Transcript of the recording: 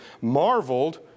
marveled